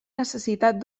necessitat